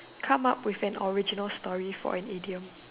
come up with an original story for an idiom